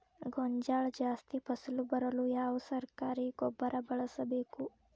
ಗೋಂಜಾಳ ಜಾಸ್ತಿ ಫಸಲು ಬರಲು ಯಾವ ಸರಕಾರಿ ಗೊಬ್ಬರ ಬಳಸಬೇಕು?